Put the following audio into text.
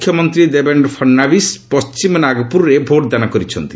ମୁଖ୍ୟମନ୍ତ୍ରୀ ଦେବେନ୍ଦ୍ର ଫଡ଼ନାବିସ୍ ପଣ୍ଢିମ ନାଗପୁରରେ ଭୋଟ୍ଦାନ କରିଛନ୍ତି